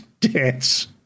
dance